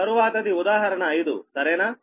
తరువాతది ఉదాహరణ 5 సరేనా